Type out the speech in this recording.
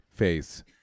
face